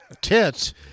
Tits